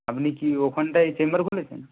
আপনি কি ওখানটায় চেম্বার খুলেছেন